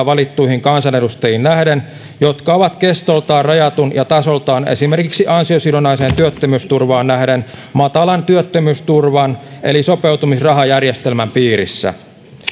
valittuihin kansanedustajiin nähden jotka ovat kestoltaan rajatun ja tasoltaan esimerkiksi ansiosidonnaiseen työttömyysturvaan nähden matalan työttömyysturvan eli sopeutumisrahajärjestelmän piirissä